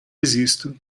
existo